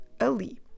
ALI